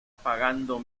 pagando